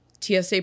TSA